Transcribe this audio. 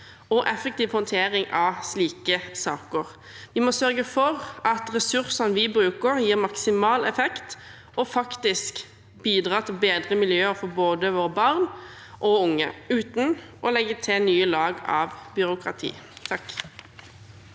og effektiv håndtering av slike saker. Vi må sørge for at ressursene vi bruker, gir maksimal effekt og faktisk bidrar til bedre miljøer for våre barn og unge, uten å legge til nye lag av byråkrati. Grete